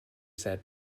said